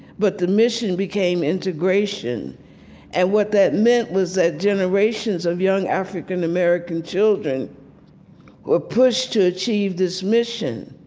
but the mission became integration and what that meant was that generations of young african-american children were pushed to achieve this mission.